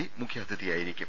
P മുഖ്യാതിഥിയായിരിക്കും